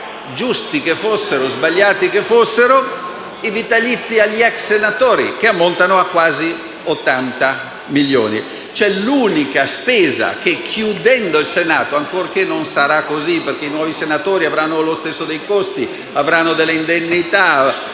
giusti o sbagliati che fossero, i vitalizi degli ex senatori, che ammontano a quasi 80 milioni. L'unico risparmio che, chiudendo il Senato (ancorché non sarà così perché i nuovi senatori avranno lo stesso dei costi, riceveranno delle indennità